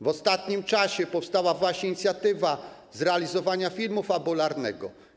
W ostatnim czasie powstała właśnie inicjatywa zrealizowania filmu fabularnego.